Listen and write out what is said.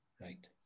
Right